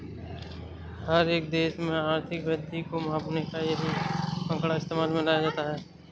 हर एक देश में आर्थिक वृद्धि को मापने का यही एक आंकड़ा इस्तेमाल में लाया जाता है